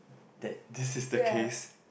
that this is the case